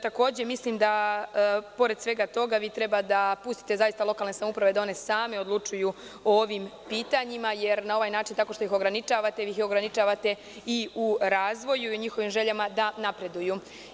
Takođe, mislim da pored svega toga vi treba da pustite lokalne samouprave da one same odlučuju o ovim pitanjima, jer na ovaj način, tako što ih ograničavate, vi ih ograničavate i u razvoju i u njihovim željama da napreduju.